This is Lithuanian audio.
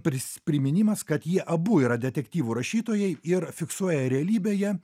pris priminimas kad jie abu yra detektyvų rašytojai ir fiksuoja realybėje